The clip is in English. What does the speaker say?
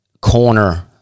Corner